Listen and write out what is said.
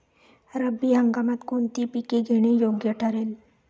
रब्बी हंगामात कोणती पिके घेणे योग्य ठरेल?